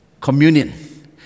communion